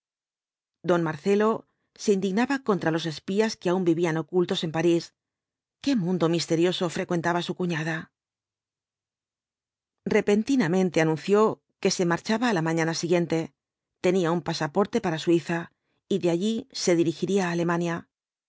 don marcelo se indignaba contra los espías que aun vivían ocultos en parís qué mundo misterioso frecuentaba su cuñada repentinamente anunció que se marchaba á la mañana siguiente tenía un pasaporte para suiza y de allí se dirigiría á alemania